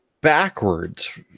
backwards